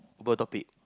topic